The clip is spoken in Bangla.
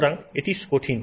সুতরাং এটি কঠিন